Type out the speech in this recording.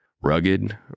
rugged